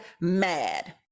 mad